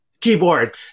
Keyboard